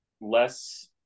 less